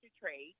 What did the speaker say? trade